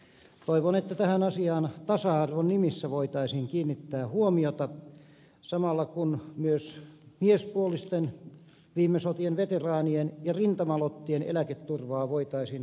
toivon että tähän asiaan tasa arvon nimissä voitaisiin kiinnittää huomiota samalla kun myös miespuolisten viime sotien veteraanien ja rintamalottien eläketurvaa voitaisiin parantaa